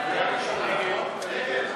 ההצעה להעביר את הצעת חוק לתיקון פקודת התעבורה (מס'